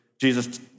Jesus